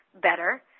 better